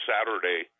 Saturday